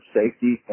safety